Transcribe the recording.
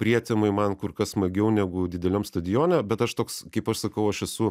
prietemoj man kur kas smagiau negu dideliam stadione bet aš toks kaip aš sakau aš esu